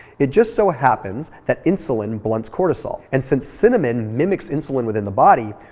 it just so happens that insulin blunts cortisol. and since cinnamon mimics insulin within the body,